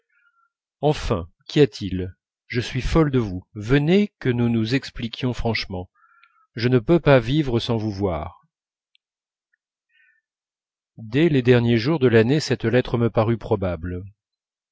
enfin qu'y a-t-il je suis folle de vous venez que nous nous expliquions franchement je ne peux pas vivre sans vous voir dès les derniers jours de l'année cette lettre me parut probable